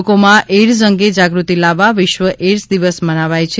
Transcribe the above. લોકોમાં એઇડ અંગે જાગૃતિ લાવવા વિશ્વ એઇડ્ દિવસ મનાવાય છે